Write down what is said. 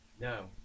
No